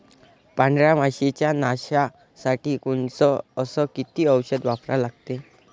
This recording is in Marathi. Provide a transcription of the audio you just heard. पांढऱ्या माशी च्या नाशा साठी कोनचं अस किती औषध वापरा लागते?